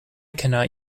cannot